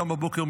קם בבוקר,